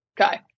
Okay